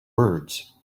words